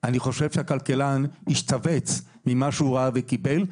אני חושב שהכלכלן השתבץ ממה שהוא ראה וקיבל,